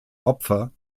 opfer